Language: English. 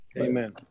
Amen